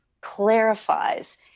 clarifies